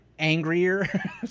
Angrier